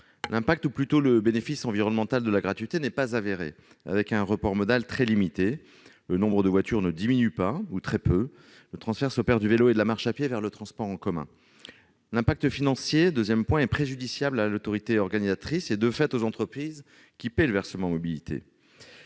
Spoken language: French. L'incidence, ou plutôt le bénéfice environnemental de la gratuité n'est pas avéré. Elle ne favorise qu'un report modal très limité : le nombre de voitures ne diminue pas ou très peu, le transfert s'opérant du vélo et de la marche à pied vers les transports en commun. L'impact financier est préjudiciable à l'autorité organisatrice et, de fait, aux entreprises qui paient le versement mobilité.